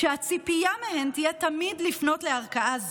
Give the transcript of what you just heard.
שהציפייה מהן תהיה תמיד לפנות לערכאה הזו".